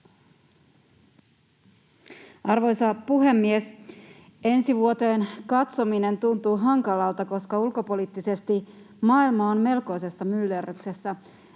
Arvoisa puhemies! Ensi vuoteen katsominen tuntuu hankalalta, koska ulkopoliittisesti maailma on melkoisessa myllerryksessä.